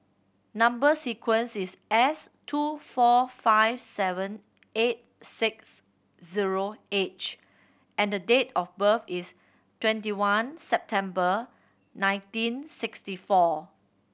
number sequence is S two four five seven eight six zero H and the date of birth is twenty one September nineteen sixty four